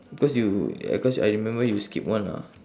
cause you yeah cause I remember you skip one ah